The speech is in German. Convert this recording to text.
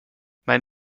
mein